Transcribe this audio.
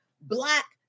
black